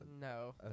No